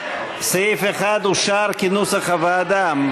סעיף 1 אושר כנוסח הוועדה.